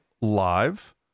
live